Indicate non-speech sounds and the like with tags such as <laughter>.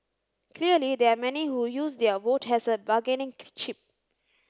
clearly there are many who use their vote has a bargaining <unintelligible> chip